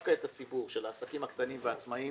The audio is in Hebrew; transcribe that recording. דווקא את הציבור של העסקים הקטנים והעצמאיים